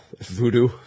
Voodoo